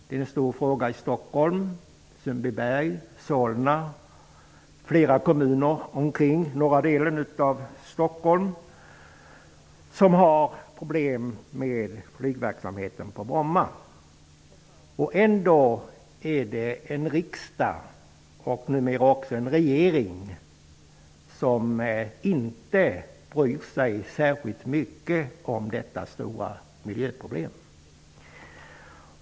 Det är en stor fråga i Stockholm, Sundbyberg, Solna och i flera av de kommuner i norra delen av Stockholm som har problem med flygverksamheten på Bromma. Ändå bryr sig riksdagen och numera också regeringen inte särskilt mycket om detta stora miljöproblem.